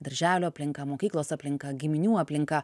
darželio aplinka mokyklos aplinka giminių aplinka